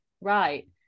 right